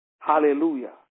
Hallelujah